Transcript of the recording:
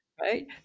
Right